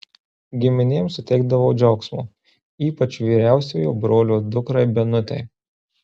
giminėm suteikdavau džiaugsmo ypač vyriausiojo brolio dukrai benutei